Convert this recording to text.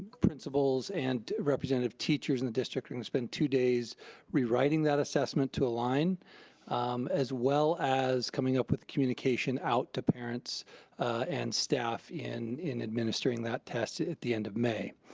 principals and representative teachers in the district are gonna spend two days rewriting that assessment to align as well as coming up with communication out to parents and staff in in administering that test at the end of may.